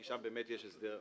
כי שם יש הסדר אחר.